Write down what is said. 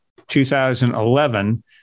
2011